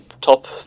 top